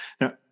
Now